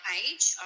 age